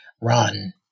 run